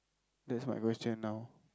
that's my question now